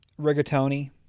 Rigatoni